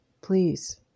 Please